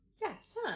Yes